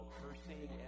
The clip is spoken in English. cursing